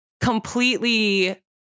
completely